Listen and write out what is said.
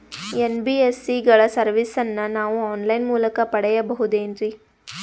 NBSC ಗಳ ಸರ್ವಿಸನ್ನ ನಾವು ಆನ್ ಲೈನ್ ಮೂಲಕ ಪಡೆಯಬಹುದೇನ್ರಿ?